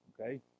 Okay